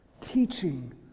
teaching